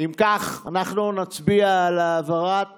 אם כך, אנחנו נצביע על העברת